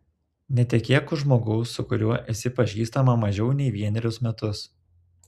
netekėk už žmogaus su kuriuo esi pažįstama mažiau nei vienerius metus